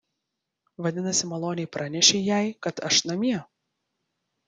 vadinasi maloniai pranešei jai kad aš namie